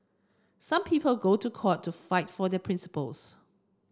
some people go to court to fight for their principles